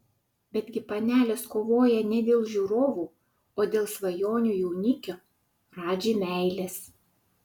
betgi panelės kovoja ne dėl žiūrovų o dėl svajonių jaunikio radži meilės